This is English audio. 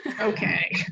okay